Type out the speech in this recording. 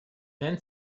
then